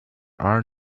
are